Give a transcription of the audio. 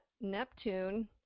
Neptune